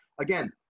again